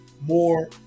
more